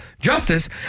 justice